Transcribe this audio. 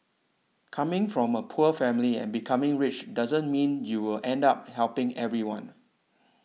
coming from a poor family and becoming rich doesn't mean you will end up helping everyone